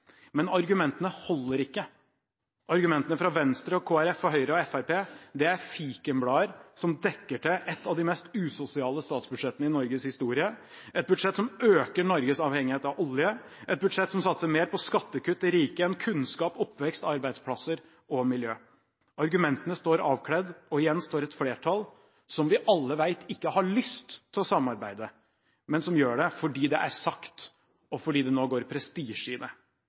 Men argumentene holder ikke. Argumentene fra Venstre, Kristelig Folkeparti, Høyre og Fremskrittspartiet er fikenblader som dekker til et av de mest usosiale statsbudsjettene i Norges historie, et budsjett som øker Norges avhengighet av olje, et budsjett som satser mer på skattekutt til rike enn kunnskap, oppvekst, arbeidsplasser og miljø. Argumentene står avkledd, og igjen står et flertall som vi alle vet ikke har lyst til å samarbeide, men som gjør det fordi det er sagt, og fordi det nå går prestisje